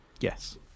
Yes